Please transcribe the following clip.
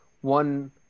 One